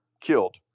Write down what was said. killed